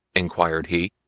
inquired he,